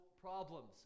problems